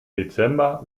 dezember